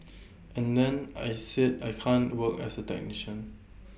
and then I said I can't work as A technician